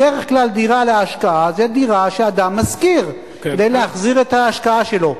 בדרך כלל דירה להשקעה זה דירה שאדם משכיר כדי להחזיר את ההשקעה שלו.